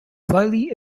slightly